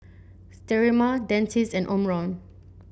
Sterimar Dentiste and Omron